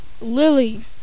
Lily